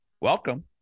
Welcome